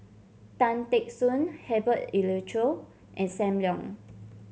Tan Teck Soon Herbert Eleuterio and Sam Leong